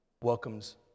welcomes